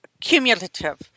cumulative